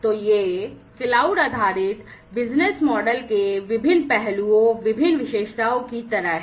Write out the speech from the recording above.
तो ये क्लाउड आधारित बिजनेस मॉडल के विभिन्न पहलुओं विभिन्न विशेषताओं की तरह हैं